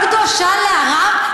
מכה לא קדושה לערב,